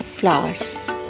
flowers